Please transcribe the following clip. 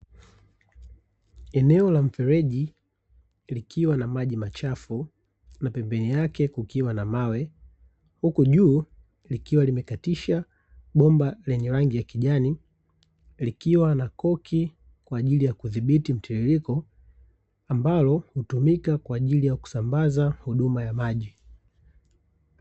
Eneo la mfereji likiwa na maji machafu, na pembeni yake kukiwa na mawe, huku juu likiwa limekatisha bomba lenye rangi ya kijani, likiwa na koki kwa ajili ya kudhibiti mtiririko, ambalo hutumika kwa ajili ya kusambaza huduma ya maji.